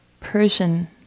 Persian